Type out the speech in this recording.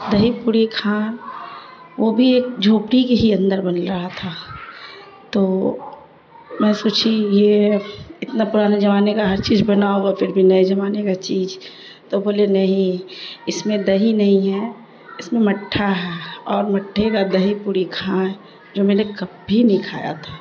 دہی پوڑی کھان وہ بھی ایک جھوپڑی کے ہی اندر بن رہا تھا تو میں سوچھی یہ اتنا پرانے زمانے کا ہر چیز بنا ہوگا پھر بھی نئے زمانے کا چیز تو بولے نہیں اس میں دہی نہیں ہے اس میں مٹھا ہے اور مٹھے کا دہی پوڑی کھائے جو میں نے کب بھی نہیں کھایا تھا